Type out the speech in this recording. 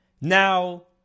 Now